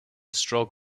stroke